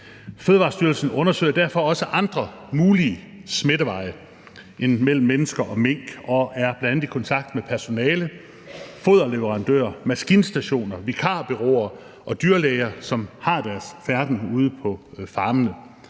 Fødevarestyrelsen undersøger derfor også andre mulige smitteveje end den mellem mennesker og mink og er bl.a. i kontakt med personale, foderleverandører, maskinstationer, vikarbureauer og dyrlæger, som har deres færden ude på farmene.